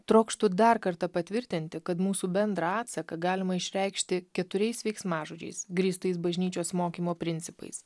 trokštu dar kartą patvirtinti kad mūsų bendrą atsaką galima išreikšti keturiais veiksmažodžiais grįstais bažnyčios mokymo principais